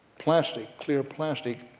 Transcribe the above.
plastic, clear plastic,